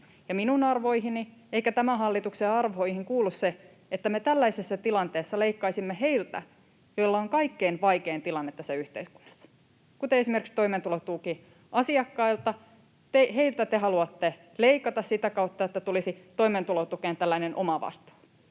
minun arvoihini eikä tämän hallituksen arvoihin kuulu se, että me tällaisessa tilanteessa leikkaisimme heiltä, joilla on kaikkein vaikein tilanne tässä yhteiskunnassa, kuten esimerkiksi toimeentulotukiasiakkailta. Heiltä te haluatte leikata sitä kautta, että tulisi toimeentulotukeen tällainen omavastuu.